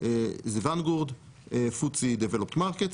זה VANGUARD FTSE DEVELOPED MARKETS,